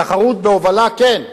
תחרות בהובלה כן.